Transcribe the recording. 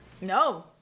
No